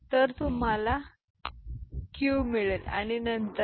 तर तुम्हाला क्यू 1 मिळेल आणि नंतर हे 0 आहे